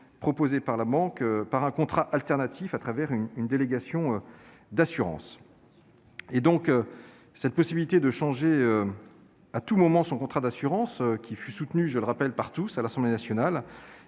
proposé par la banque par un contrat alternatif, au travers d'une délégation d'assurance. La possibilité de changer à tout moment son contrat d'assurance, qui, je le rappelle, fut soutenue par tous à l'Assemblée nationale,